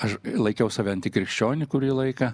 aš laikiau save anti krikščioniu kurį laiką